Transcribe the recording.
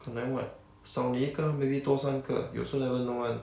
and then what 少你一个 maybe 多三个 you'll also never know one